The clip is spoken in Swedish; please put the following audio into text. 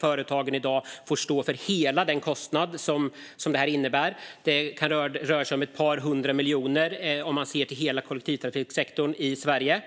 företagen i dag får stå för hela den kostnad som detta innebär. Det rör sig om ett par hundra miljoner om man ser till hela kollektivtrafiksektorn i Sverige.